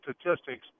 statistics